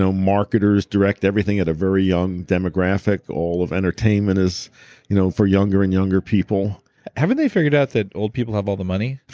marketers direct everything at a very young demographic. all of entertainment is you know for younger and younger people haven't they figured out that old people have all the money?